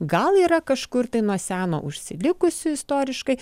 gal yra kažkur tai nuo seno užsilikusių istoriškai